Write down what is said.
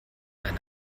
eine